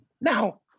now